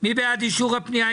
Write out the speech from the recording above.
מי בעד אישור הפנייה?